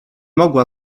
mogła